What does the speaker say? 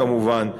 כמובן,